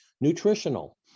nutritional